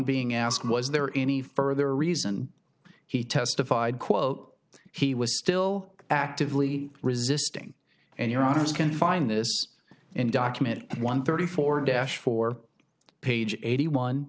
being asked was there any further reason he testified quote he was still actively resisting and your office can find this in document one thirty four dash four page eighty one